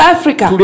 Africa